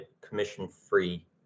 commission-free